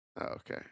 Okay